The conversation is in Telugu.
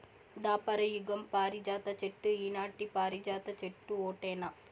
దాపర యుగం పారిజాత చెట్టు ఈనాటి పారిజాత చెట్టు ఓటేనా